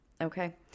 Okay